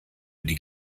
die